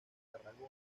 tarragona